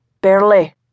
Barely